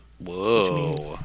whoa